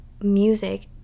music